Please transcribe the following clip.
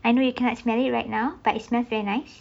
I know you cards many right now but it's nice very nice